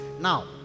Now